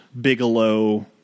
Bigelow